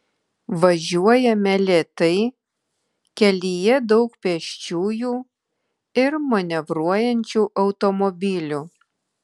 važiuojame lėtai kelyje daug pėsčiųjų ir manevruojančių automobilių